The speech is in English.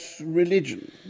religion